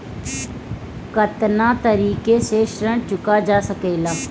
कातना तरीके से ऋण चुका जा सेकला?